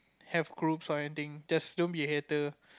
have groups or anything just don't be hater